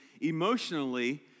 emotionally